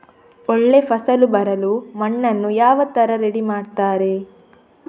ಒಳ್ಳೆ ಫಸಲು ಬರಲು ಮಣ್ಣನ್ನು ಯಾವ ತರ ರೆಡಿ ಮಾಡ್ತಾರೆ?